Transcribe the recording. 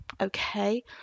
Okay